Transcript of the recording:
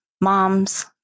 moms